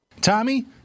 Tommy